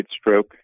stroke